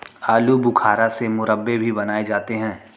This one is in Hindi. आलू बुखारा से मुरब्बे भी बनाए जाते हैं